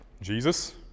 Jesus